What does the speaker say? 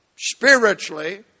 spiritually